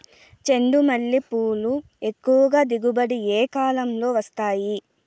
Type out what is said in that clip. చెండుమల్లి పూలు ఎక్కువగా దిగుబడి ఏ కాలంలో వస్తాయి